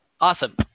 Awesome